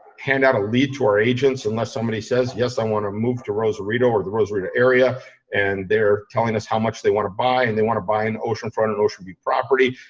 hand out a lead to our agents, unless somebody says yes i want to move to rosarito or the rosarito area and they're telling us how much they want to buy and they want to buy an oceanfront and ocean beach property,